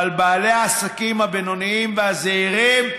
אבל בעלי העסקים הבינוניים והזעירים,